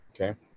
Okay